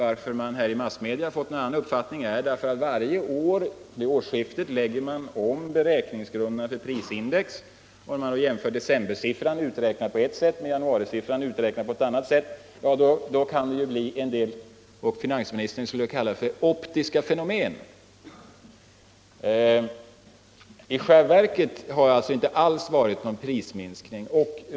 Att man i massmedia fått en annan uppfattning beror på att beräkningsgrunderna för prisindex läggs om vid varje årsskifte. När man jämför decembersiffran, uträknad på ett sätt, med januarisiffran, uträknad på ett annat sätt, kan det uppstå en del, som finansministern skulle kalla det, optiska fenomen. I själva verket har det alls inte varit någon prisminskning.